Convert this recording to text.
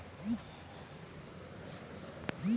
সরেল হছে ইক জাতীয় সাগ যেট পুষ্টিযুক্ত খাবার